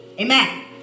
Amen